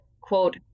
quote